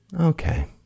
Okay